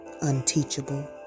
unteachable